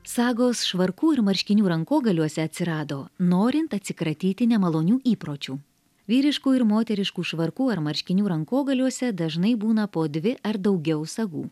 sagos švarkų ir marškinių rankogaliuose atsirado norint atsikratyti nemalonių įpročių vyriškų ir moteriškų švarkų ar marškinių rankogaliuose dažnai būna po dvi ar daugiau sagų